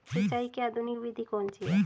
सिंचाई की आधुनिक विधि कौन सी है?